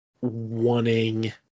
wanting